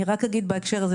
אני רק אגיד בהקשר הזה,